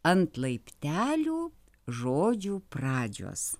ant laiptelių žodžių pradžios